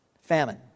Famine